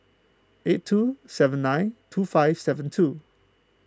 eight two seven nine two five seven two